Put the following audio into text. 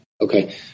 Okay